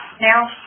now